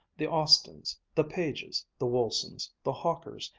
the austins, the pages, the woolsons, the hawkers,